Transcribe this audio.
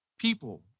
people